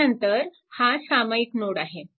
त्यानंतर हा सामायिक नोड आहे